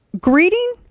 greeting